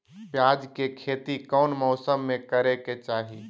प्याज के खेती कौन मौसम में करे के चाही?